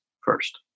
first